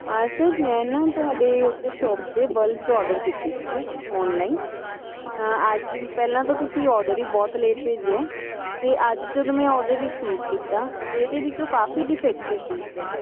ਹਾਂ ਸਰ ਮੈਂ ਨਾ ਤੁਹਾਡੇ ਉਹ 'ਤੇ ਸ਼ੋਪ 'ਤੇ ਬੱਲਬਸ ਔਡਰ ਕੀਤੇ ਸੀਗੇ ਔਨਲਾਈਨ ਅੱਜ ਪਹਿਲਾਂ ਤਾਂ ਤੁਸੀਂ ਔਡਰ ਹੀ ਬਹੁਤ ਲੇਟ ਭੇਜਿਆ ਅਤੇ ਅੱਜ ਜਦੋਂ ਮੈਂ ਔਡਰ ਰਿਸੀਵ ਕੀਤਾ ਤਾਂ ਇਹਦੇ ਵਿੱਚੋਂ ਕਾਫੀ ਡਿਫੈਕਟਿਡ ਪੀਸ ਹੈ